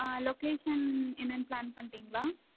ஆ location என்னென்னு plan பண்ணிட்டிங்களா